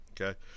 okay